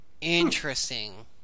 Interesting